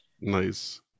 Nice